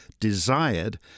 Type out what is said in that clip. desired